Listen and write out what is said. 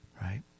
right